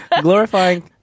glorifying